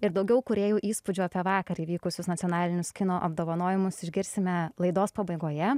ir daugiau kūrėjų įspūdžių tąvakar įvykusius nacionalinius kino apdovanojimus išgirsime laidos pabaigoje